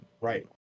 right